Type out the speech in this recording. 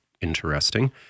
Interesting